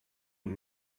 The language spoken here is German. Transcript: und